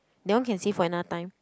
that one can save for another time